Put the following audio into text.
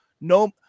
no